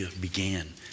began